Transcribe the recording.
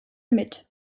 mit